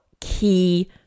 key